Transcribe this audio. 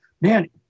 Man